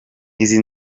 izi